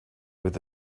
with